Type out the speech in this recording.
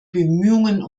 bemühungen